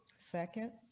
second.